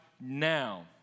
now